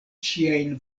ŝiajn